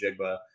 Jigba